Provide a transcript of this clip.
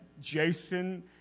Jason